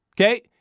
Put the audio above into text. Okay